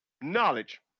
knowledge